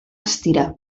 estira